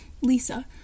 Lisa